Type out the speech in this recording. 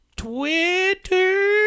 Twitter